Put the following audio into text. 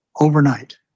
overnight